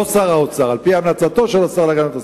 לא שר האוצר, על-פי המלצתו של השר להגנת הסביבה.